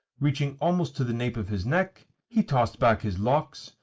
reaching almost to the nape of his neck, he tossed back his locks,